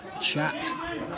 chat